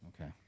Okay